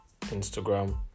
Instagram